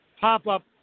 pop-up